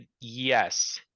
yes